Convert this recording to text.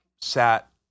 sat